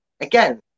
again